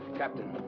captain.